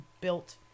built